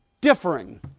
differing